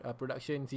production